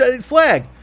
flag